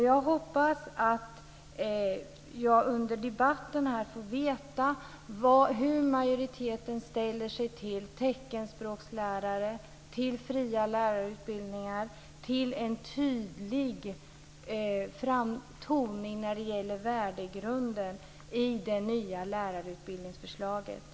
Jag hoppas att jag under debatten får veta hur majoriteten ställer sig till teckenspråkslärare, fria lärarutbildningar och en tydlig framtoning av värdegrunden i det nya förslaget till lärarutbildning.